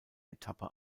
etappe